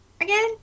again